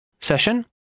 session